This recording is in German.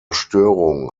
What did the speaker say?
störung